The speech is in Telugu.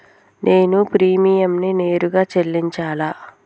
నేను ప్రీమియంని నేరుగా చెల్లించాలా?